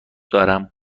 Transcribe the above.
دارم